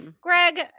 Greg